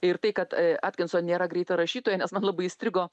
ir tai kad atkinson nėra greita rašytoja nes man labai įstrigo